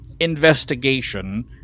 investigation